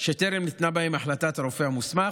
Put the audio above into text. שטרם ניתנה בהן החלטת הרופא המוסמך,